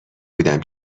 بودم